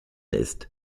ist